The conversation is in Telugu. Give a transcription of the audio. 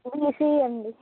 ఈసిఈ అండి